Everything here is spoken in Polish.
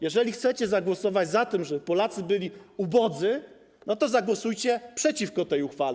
Jeżeli chcecie zagłosować za tym, żeby Polacy byli ubodzy, to zagłosujcie przeciwko tej uchwale.